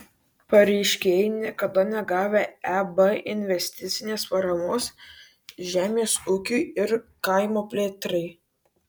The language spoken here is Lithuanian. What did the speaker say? pareiškėjai niekada negavę eb investicinės paramos žemės ūkiui ir kaimo plėtrai